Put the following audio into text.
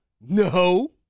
No